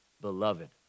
beloved